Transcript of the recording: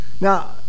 now